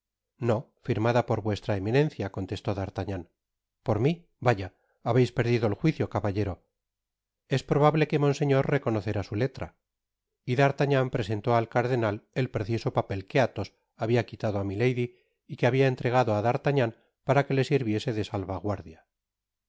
no firmada por vuestra eminencia contestó d'artagnan por mi vaya habeis perdido el juicio caballero es probable que monseñor reconocerá su letra y d'artagnan presentó al cardenal el precioso papel que athos habia qui tado á milady y que habia entregado á d'artagnan para que le sirviese de salvaguardia